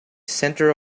center